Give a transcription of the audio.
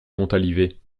montalivet